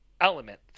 element